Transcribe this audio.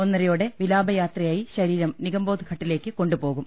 ഒന്നരയോടെ വിലാപയാത്രയായി ശരീരം നിഗം ബോധ്ഘട്ടിലേക്ക് കൊണ്ടുപോകും